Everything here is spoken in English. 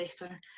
better